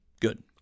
Good